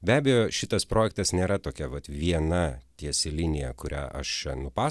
be abejo šitas projektas nėra tokia vat viena tiesi linija kurią aš čia nupas